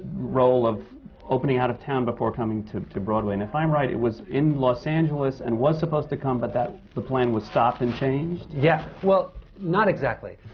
role of opening out of town before coming to to broadway. and if i'm right, it was in los angeles, and was supposed to come, but the plan was stopped and changed? yeah. well, not exactly.